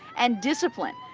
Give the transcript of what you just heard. and discipline.